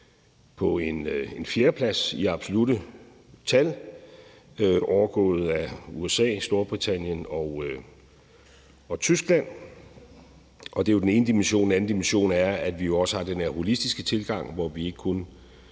på en fjerdeplads i absolutte tal, overgået af USA, Storbritannien og Tyskland. Det er den ene dimension. Den anden dimension er, at vi jo også har den her holistiske tilgang, hvor vi ikke kun